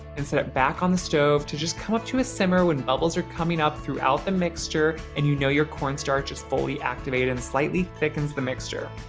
and set it back on the stove to just come up to a simmer when bubbles are coming up throughout the mixture and you know your cornstarch is fully activated and slightly thickens the mixture.